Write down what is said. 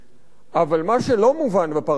אבל מה שלא מובן בפרשה הזו,